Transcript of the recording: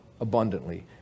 abundantly